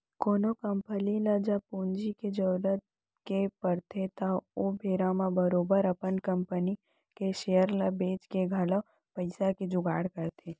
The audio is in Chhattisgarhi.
कोनो कंपनी ल जब पूंजी के जरुरत के पड़थे त ओ बेरा म बरोबर अपन कंपनी के सेयर ल बेंच के घलौक पइसा के जुगाड़ करथे